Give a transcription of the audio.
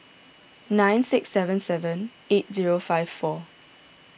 nine six seven seven eight zero five four